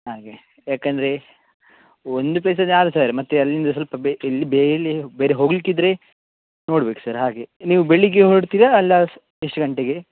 ಹಾಗೆ ಯಾಕಂದರೆ ಒಂದು ಪ್ಲೇಸಿಂದು ಆರು ಸಾವಿರ ಮತ್ತು ಅಲ್ಲಿಂದ ಸ್ವಲ್ಪ ಬೆ ಎಲ್ಲಿ ಬೆ ಎಲ್ಲಿ ಬೇರೆ ಹೋಗಲಿಕ್ಕಿದ್ರೆ ನೋಡ್ಬೇಕು ಸರ್ ಹಾಗೆ ನೀವು ಬೆಳಗ್ಗೆ ಹೊರಡ್ತೀರ ಅಲ್ಲ ಸ ಎಷ್ಟು ಗಂಟೆಗೆ